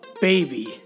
baby